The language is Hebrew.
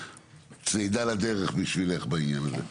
צידה לדרך בשבילך בעניין הזה.